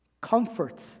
comfort